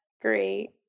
great